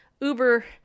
Uber